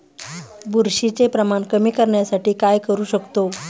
बुरशीचे प्रमाण कमी करण्यासाठी काय करू शकतो?